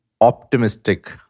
optimistic